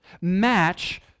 match